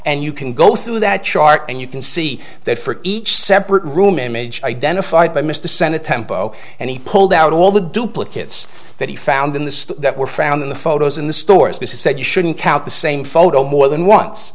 and you can go through that chart and you can see that for each separate room image identified by missed the senate tempo and he pulled out all the duplicate that he found in the that were found in the photos in the stores this is said you shouldn't count the same photo more than once